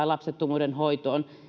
lapsettomuuden hoitoon